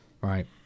right